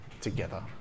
together